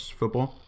football